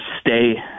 stay